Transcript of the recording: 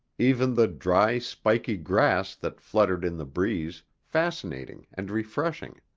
even the dry, spiky grass that fluttered in the breeze, fascinating and refreshing.